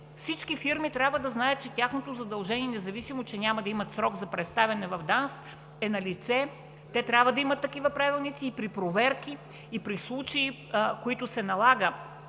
всички фирми трябва да знаят, че тяхното задължение, независимо че няма да имат срок за представяне в ДАНС, е налице, те трябва да имат такива правилници и при проверки, и при случаи, в които се налага